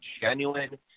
genuine